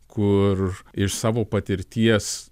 kur iš savo patirties